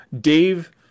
Dave